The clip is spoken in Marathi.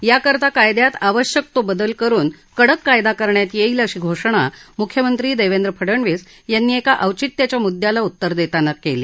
याकरीता कायद्यात आवश्यक तो बदल करून कडक कायदा करण्यात येईल अशी घोषणा मुख्यमंत्री देवेंद्र फडणवीस यांनी एका औचित्याच्या मुद्द्याला उत्तर देताना केली